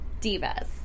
divas